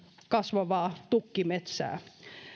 kasvavaa tukkimetsää